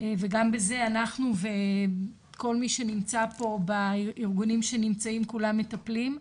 וגם בזה אנחנו וכל מי שנמצא פה בארגונים שנמצאים כולם מטפלים,